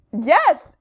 Yes